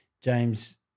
James